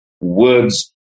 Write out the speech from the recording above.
words